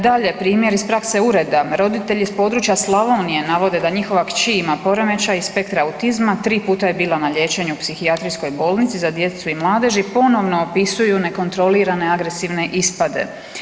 Dakle, primjeri iz prakse ureda, roditelji s područja Slavonije navode da njihova kći ima poremećaj iz spektra autizma, 3 puta je bila na liječenju u psihijatrijskoj bolnici za djecu i mladež i ponovno opisuju nekontrolirane agresivne ispade.